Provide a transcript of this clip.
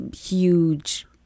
huge